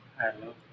hello